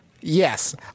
yes